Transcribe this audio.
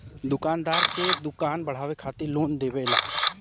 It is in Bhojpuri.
दुकानदार के दुकान बढ़ावे खातिर लोन देवेला